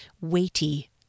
weighty